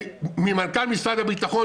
וממנכ"ל משרד הביטחון,